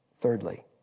Thirdly